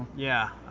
yeah,